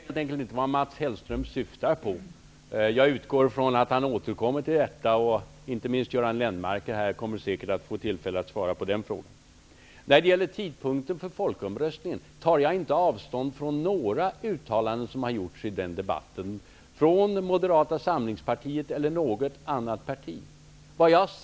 Herr talman! Jag vet helt enkelt inte vad Mats Hellström syftar på i sin senare fråga. Jag utgår ifrån att han återkommer till denna. Inte minst Göran Lennmarker kommer här säkert att få tillfälle att svara på den frågan. När det gäller tidpunkten för folkomröstningen tar jag inte avstånd från några uttalanden i debatten som har gjorts av Moderata samlingspartiet eller av något annat parti.